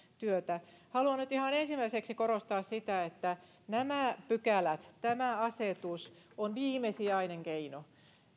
työtä haluan nyt ihan ensimmäiseksi korostaa sitä että nämä pykälät tämä asetus on viimesijainen keino